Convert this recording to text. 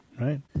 right